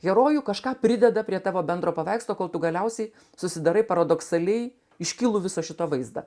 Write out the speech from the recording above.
herojų kažką prideda prie tavo bendro paveikslo kol tu galiausiai susidarai paradoksaliai iškilų viso šito vaizdą